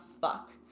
fuck